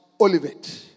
Olivet